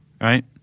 right